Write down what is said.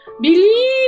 Believe